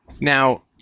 Now